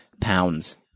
pounds